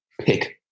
pick